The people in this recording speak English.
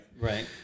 Right